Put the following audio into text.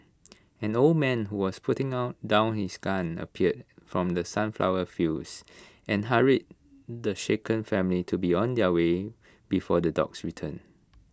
an old man who was putting on down his gun appeared from the sunflower fields and hurried the shaken family to be on their way before the dogs return